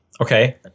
Okay